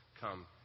come